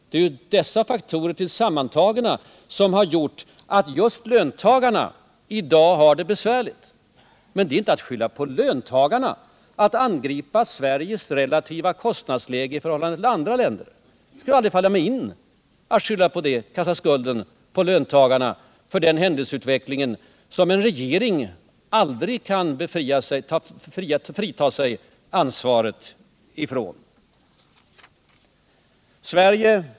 Det är dessa faktorer sammantagna som har gjort att just löntagarna i dag har det besvärligt. Men det är inte att skylla på löntagarna att angripa Sveriges relativa kostnadsläge i förhållande till andra länders. Det skulle aldrig falla mig in att kasta skulden på löntagarna för den händelseutveckling som en regering aldrig kan frita sig från ansvaret för.